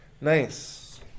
Nice